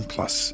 Plus